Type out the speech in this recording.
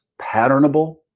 patternable